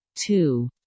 two